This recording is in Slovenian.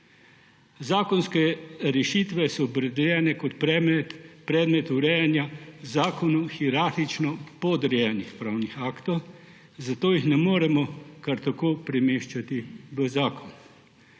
Zakonske rešitve so opredeljene kot predmet urejanja zakonu hierarhično podrejenih pravnih aktov, zato jih ne moremo kar tako premeščati v zakon.